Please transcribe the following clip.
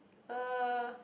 uh